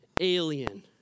alien